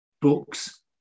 books